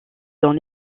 dans